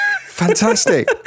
fantastic